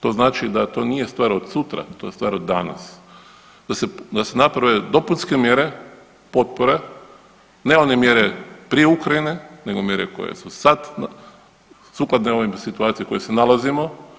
To znači da to nije stvar od sutra, to je stvar od danas, da se naprave dopunske mjere potpore, ne one mjere prije Ukrajine, nego mjere koje su sad sukladno ovoj situaciji u kojoj se nalazimo.